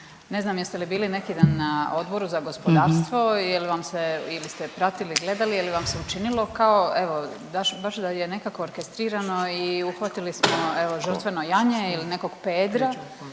Ne znam jeste li bili neki dan na Odboru za gospodarstvo, je li vam se ili ste pratili, gledali, je li vam se učinilo kao evo baš da je nekako orkestrirano i uhvatili smo evo žrtveno janje ili nekog pedra,